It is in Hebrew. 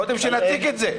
קודם שנציג את זה.